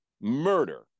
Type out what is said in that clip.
murder